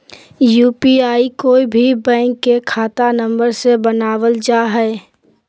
UPI कोय भी bank के खाता नंबर से बनावल जा हइ